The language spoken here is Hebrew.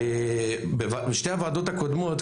בשתי הוועדות הקודמות,